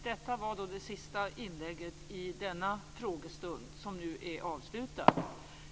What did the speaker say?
Detta var det sista inlägget i denna frågestund som nu är avslutad.